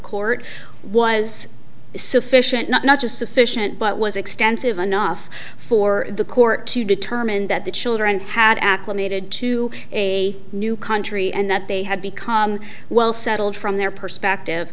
court was sufficient not just sufficient but was extensive enough for the court to determine that the children had acclimated to a new country and that they had become well settled from their perspective